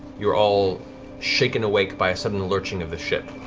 you're all shaken awake by a sudden lurching of the ship.